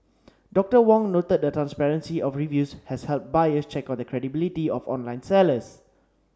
Doctor Wong noted the transparency of reviews has helped buyers check on the credibility of online sellers